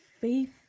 faith